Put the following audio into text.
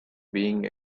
being